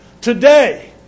Today